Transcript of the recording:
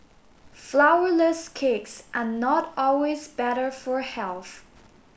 flourless cakes are not always better for health